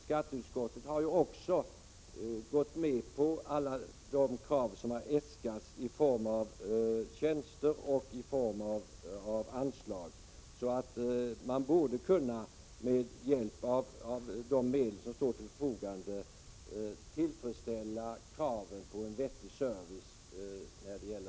Skatteutskottet har också gått med på alla äskanden från tullen i fråga om tjänster och anslag. Med hjälp av de medel som står till förfogande borde tullen kunna tillfredsställa kravet på en vettig service.